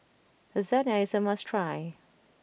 Lasagne is a must try